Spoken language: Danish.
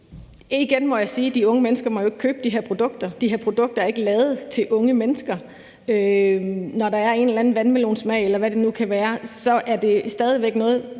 igen må jeg sige, at de unge mennesker jo ikke må købe de her produkter. De her produkter er ikke lavet til unge mennesker. Når der er en eller anden vandmelonsmag, eller hvad det nu kan være, er det stadig væk noget,